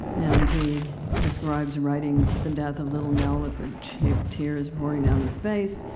and he described writing the death of little nell with and tears pouring down his face,